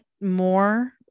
more